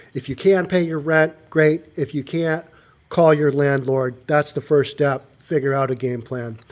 if you can't pay your rent great. if you can't call your landlord, that's the first step figure out a game plan.